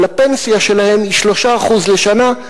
אבל הפנסיה שלהם היא 3% לשנה,